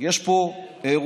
יש פה אירוע,